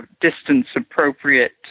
distance-appropriate